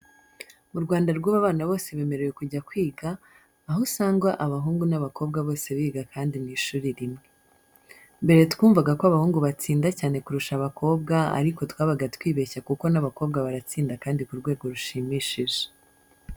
Mu Rwanda rw'ubu abana bose bemerewe kujya kwiga, aho usanga abahungu n'abakobwa bose biga kandi mu ishuri rimwe. Mbere twumvaga ko abahungu batsinda cyane kurusha abakobwa ariko twabaga twibeshya kuko n'abakobwa baratsinda kandi ku rwego rushimishije.